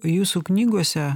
jūsų knygose